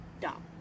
dumb